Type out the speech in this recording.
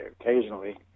occasionally